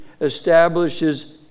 establishes